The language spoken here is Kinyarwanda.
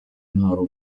nta